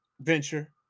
venture